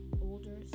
older